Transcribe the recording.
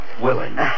willing